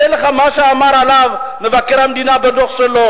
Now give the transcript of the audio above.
הנה לך מה שאמר עליו מבקר המדינה בדוח שלו.